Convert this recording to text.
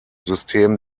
system